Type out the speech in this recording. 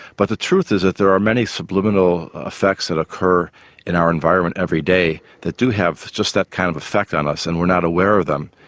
but the truth is that there are many subliminal effects that occur in our environment every day that do have just that kind of effect on us and we're not aware of them.